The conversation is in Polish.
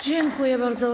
Dziękuję bardzo.